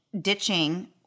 ditching